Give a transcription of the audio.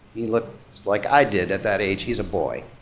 he looks like i did at that age he's a boy.